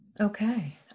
Okay